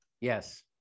Yes